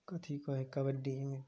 कथी कहै हइ कबड्डी